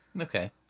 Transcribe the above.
Okay